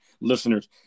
listeners